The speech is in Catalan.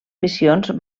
missions